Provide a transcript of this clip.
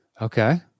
Okay